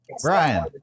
Brian